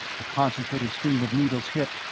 a concentrated stream of needles hit,